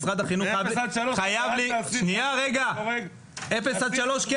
משרד החינוך חייב --- מאפס עד שלוש --- אפס עד שלוש זה